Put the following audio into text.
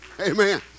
Amen